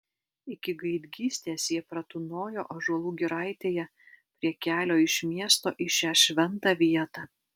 iki gaidgystės jie pratūnojo ąžuolų giraitėje prie kelio iš miesto į šią šventą vietą